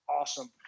awesome